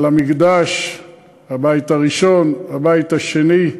על המקדש, הבית הראשון, הבית השני.